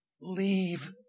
leave